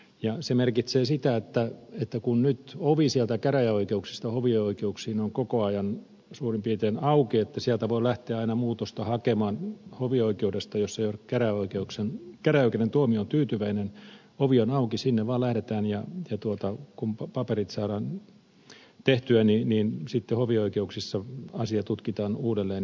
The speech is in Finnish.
ja se merkitsee sitä että etu kun nyt ovi käräjäoikeuksista hovioikeuksiin on koko ajan suurin piirtein auki niin että hovioikeudesta voi lähteä aina muutosta hakemaan jos ei ole käräjäoikeuden tuomioon tyytyväinen ovi on auki sinne vaan lähdetään ja kun paperit saadaan tehtyä hovioikeudessa asia tutkitaan uudelleen